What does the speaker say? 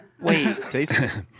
Wait